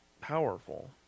powerful